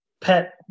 pet